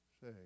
say